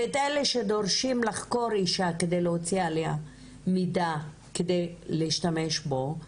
ואת אלה שדורשים לחקור אישה כדי להוציא עליה מידע כדי להשתמש בו,